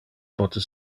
pote